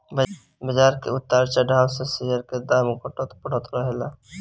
बाजार के उतार चढ़ाव से शेयर के दाम घटत बढ़त रहेला